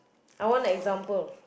I want example